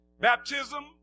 Baptism